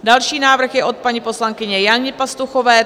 Další návrh je od paní poslankyně Jany Pastuchové.